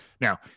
Now